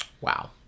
wow